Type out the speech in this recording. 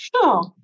Sure